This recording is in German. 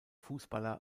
fußballer